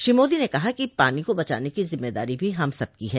श्री मोदी ने कहा कि पानी को बचाने की जिम्मेदारी भी हम सबकी है